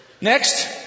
Next